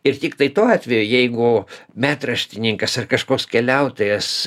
ir tiktai tuo atveju jeigu metraštininkas ar kažkoks keliautojas